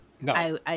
No